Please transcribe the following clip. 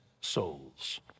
souls